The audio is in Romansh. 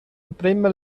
emprema